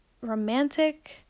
romantic-